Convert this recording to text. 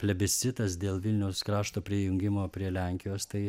plebiscitas dėl vilniaus krašto prijungimo prie lenkijos tai